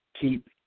keep